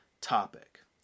topic